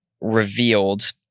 revealed